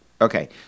Okay